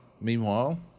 Meanwhile